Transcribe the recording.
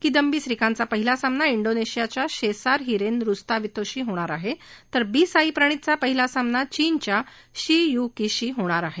किदंबी श्रीकांतचा पहिला सामना झीनेशियाच्या शेसार हिरेन रुस्तावितोशी होणार आहे तर बी साईप्रणितचा पहिला सामना चीनच्या शी यू कीशी होणार आहे